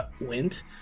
went